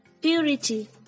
Purity